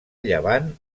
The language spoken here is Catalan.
llevant